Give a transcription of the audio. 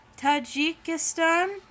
Tajikistan